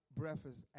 breakfast